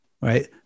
right